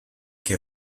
que